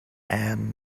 and